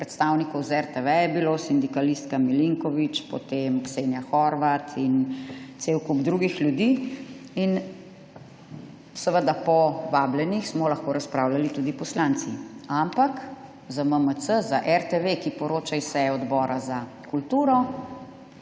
predstavnikov iz RTV je bilo, sindikalista Milinkovič, Ksenija Horvat in cel kup drugih ljudi. In seveda smo po vabljenih lahko razpravljali tudi poslanci. Ampak za MMC, za RTV, ki poroča s seje Odbora za kulturo,